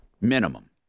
Minimum